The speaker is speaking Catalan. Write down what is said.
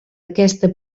aquesta